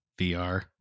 VR